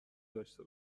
داشته